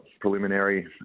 preliminary